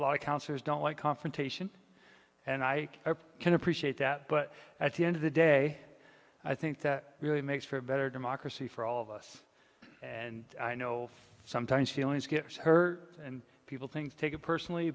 lot of councillors don't like confrontation and i can appreciate that but at the end of the day i think that really makes for a better democracy for all of us and i know sometimes feelings get hurt and people think take it personally